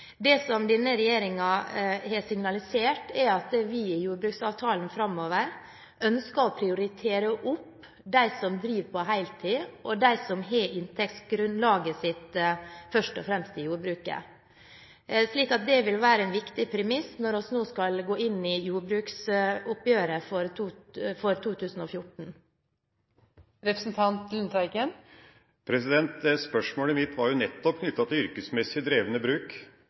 Det som denne regjeringen har signalisert, er at vi i jordbruksavtalen framover ønsker å prioritere opp de som driver på heltid, og de som har inntektsgrunnlaget sitt først og fremst i jordbruket. Det vil være en viktig premiss når vi nå skal gå inn i jordbruksoppgjøret for 2014. Spørsmålet mitt var jo nettopp knyttet til yrkesmessig drevne bruk.